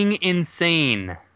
insane